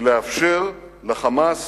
היא לאפשר ל"חמאס"